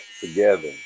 together